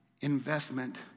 investment